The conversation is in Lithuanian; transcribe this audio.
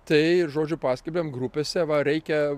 tai žodžiu paskelbėm grupėse va reikia